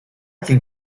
can